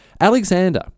Alexander